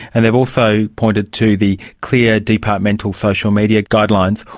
and they've also pointed to the clear departmental social media guidelines,